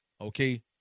okay